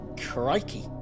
Crikey